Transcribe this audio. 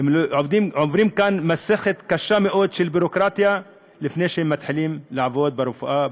עוברים כאן מסכת קשה מאוד של ביורוקרטיה לפני שהם מתחילים לעבוד ברפואה,